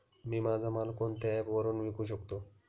मी माझा माल कोणत्या ॲप वरुन विकू शकतो?